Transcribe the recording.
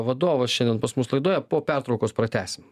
vadovas šiandien pas mus laidoje po pertraukos pratęsim